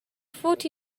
forty